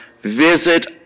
visit